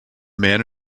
man